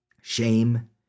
Shame